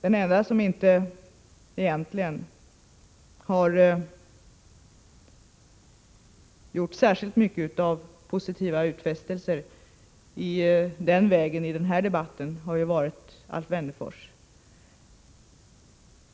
Den ende som egentligen inte har gjort särskilt många positiva utfästelser i det avseendet i denna debatt har varit Alf Wennerfors.